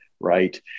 Right